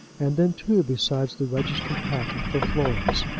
and then two besides the registered packet for florence.